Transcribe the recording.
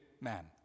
man